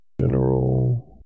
general